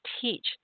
teach